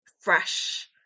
fresh